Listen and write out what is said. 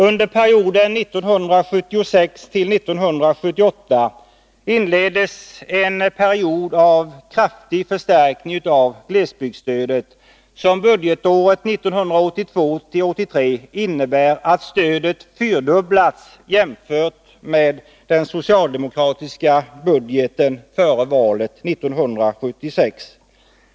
Under perioden 1976-1978 inleddes en kraftig förstärkning av glesbygdsstödet. Budgetåret 1982/83 har stödet fyrdubblats jämfört med vad som angavs i den socialdemokratiska budgeten före valet 1976.